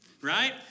right